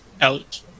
out